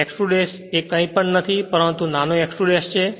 X2 ' એ કંઇ જ નહીં પરંતુ નાનો X2 ' છે